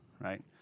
right